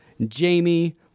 jamie